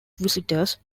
visitors